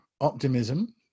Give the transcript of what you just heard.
optimism